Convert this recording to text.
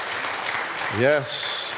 Yes